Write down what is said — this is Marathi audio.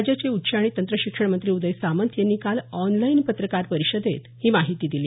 राज्याचे उच्च आणि तंत्रशिक्षण मंत्री उदय सामंत यांनी काल ऑनलाइन पत्रकार परिषदेत ही माहिती दिली